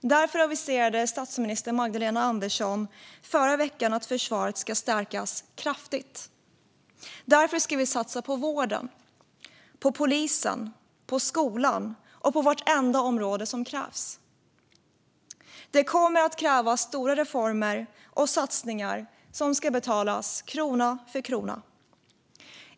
Därför aviserade statsminister Magdalena Andersson förra veckan att försvaret ska stärkas kraftigt. Därför ska vi satsa på vården, på polisen, på skolan och på vartenda område där det krävs. Det kommer att kräva stora reformer och satsningar som ska betalas krona för krona.